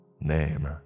Name